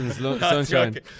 Sunshine